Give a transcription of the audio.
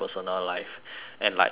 and like the